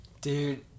Dude